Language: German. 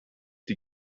die